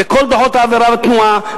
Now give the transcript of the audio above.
וכל דוחות העבירה והתנועה,